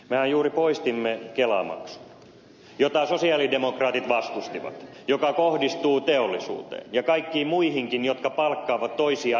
mehän juuri poistimme kelamaksun mitä sosialidemokraatit vastustivat ja se kohdistuu teollisuuteen ja kaikkiin muihinkin jotka palkkaavat toisia ihmisiä töihin